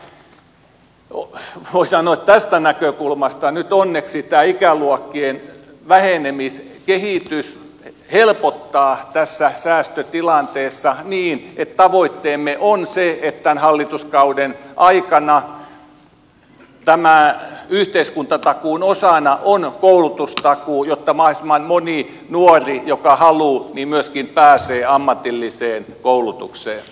mutta voi sanoa että tästä näkökulmasta nyt onneksi tämä ikäluokkien vähenemiskehitys helpottaa tässä säästötilanteessa niin että tavoitteemme on se että tämän hallituskauden aikana tämän yhteiskuntatakuun osana on koulutustakuu jotta mahdollisimman moni nuori joka haluaa myöskin pääsee ammatilliseen koulutukseen